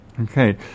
Okay